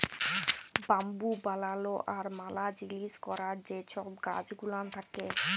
bamboo বালালো আর ম্যালা জিলিস ক্যরার যে ছব কাজ গুলান থ্যাকে